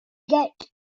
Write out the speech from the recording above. get